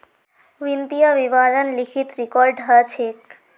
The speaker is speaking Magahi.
वित्तीय विवरण लिखित रिकॉर्ड ह छेक